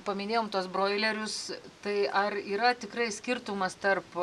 paminėjom tuos broilerius tai ar yra tikrai skirtumas tarp